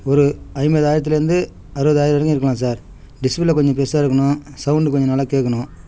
ஒரு ஐம்பதாயிரத்துலேருந்து அறுபதாயிரம் வரைக்கும் இருக்கலாம் சார் டிஸ்ப்ளேவில் கொஞ்சம் பெருசாக இருக்கணும் சௌண்டு கொஞ்சம் நல்லா கேட்கணும்